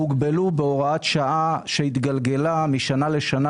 הוגבלו בהוראת שעה שהתגלגלה משנה לשנה